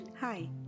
Hi